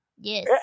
Yes